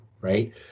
right